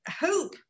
hope